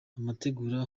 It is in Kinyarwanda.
amategura